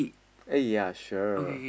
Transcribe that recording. eh ya sure